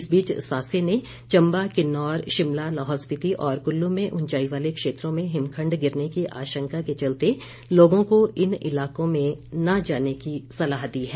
इस बीच सासे ने चम्बा किन्नौर शिमला लाहौल स्पिति और कुल्लू में उंचाई वाले क्षेत्रों में हिमखण्ड गिरने की आशंका के चलते लोगों को इन इलाकों में न जाने की सलाह दी है